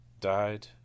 died